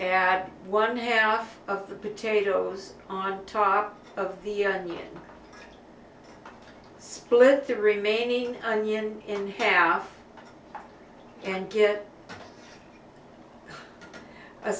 out one half of the potatoes on top of the split the remaining onion in half and get a